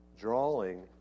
drawing